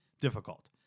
difficult